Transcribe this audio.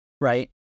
Right